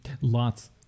Lots